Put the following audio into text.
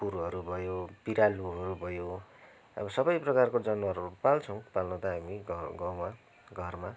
कुकुरहरू भयो बिरालोहरू भयो अब सबै प्रकारको जनावरहरू पाल्छौँ पाल्नु त हामी गाँउमा घरमा